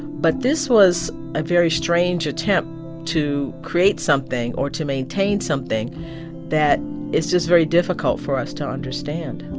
but this was a very strange attempt to create something or to maintain something that is just very difficult for us to understand